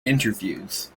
interviews